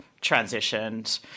transitioned